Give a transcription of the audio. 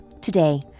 Today